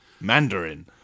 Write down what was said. Mandarin